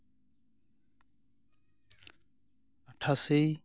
ᱟᱴᱷᱟᱥᱮᱭ